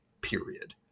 period